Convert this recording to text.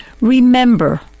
remember